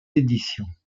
éditions